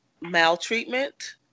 maltreatment